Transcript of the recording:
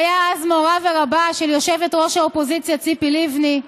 שהיה אז מורה ורבה של יושבת-ראש האופוזיציה ציפי לבני,